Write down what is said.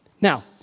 Now